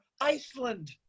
Iceland